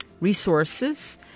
resources